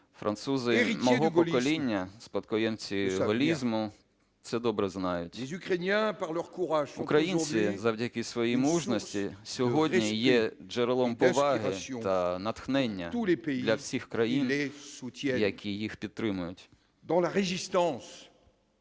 Французи мого покоління, спадкоємці голізму, це добре знають. Українці завдяки своїй мужності сьогодні є джерелом поваги та натхнення для всіх країн, які їх підтримують.